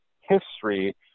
history